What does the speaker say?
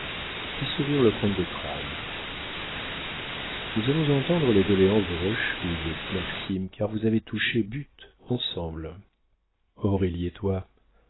fit sourire le comte de trailles nous allons entendre les doléances de rochefide dit maxime car vous avez touché but ensemble aurélie et toi